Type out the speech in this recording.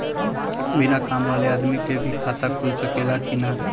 बिना काम वाले आदमी के भी खाता खुल सकेला की ना?